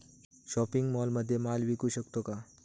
Shopping मॉलमध्ये माल विकू शकतो का?